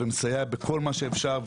ומסייע בכל מה שאפשר,